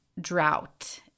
drought